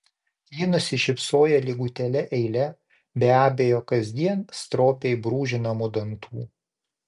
ji nusišypsojo lygutėle eile be abejo kasdien stropiai brūžinamų dantų